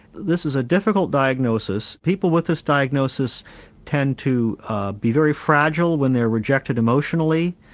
this is a difficult diagnosis, people with this diagnosis tend to ah be very fragile when they're rejected emotionally,